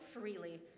freely